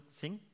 sing